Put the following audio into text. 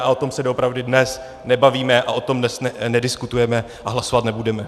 A o tom se doopravdy dnes nebavíme a o tom dnes nediskutujeme a hlasovat nebudeme.